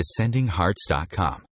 AscendingHearts.com